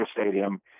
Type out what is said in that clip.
Stadium